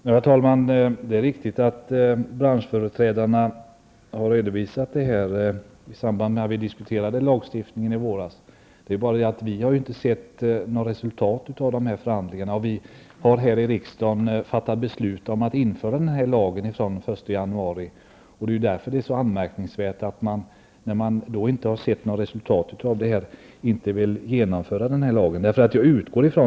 Herr talman! Det är riktigt att branschföreträdarna gjorde denna redovisning i samband med att vi diskuterade lagstiftningen i våras. Men vi har inte sett något resultat av de förhandlingarna. Vi har här i riksdagen fattat beslut om att införa lagen från den 1 januari, och det är därför som det är så anmärkningsvärt att man nu inte vill genomföra lagen.